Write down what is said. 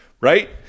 right